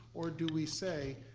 or do we say,